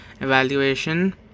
Evaluation